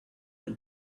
her